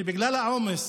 כשבגלל העומס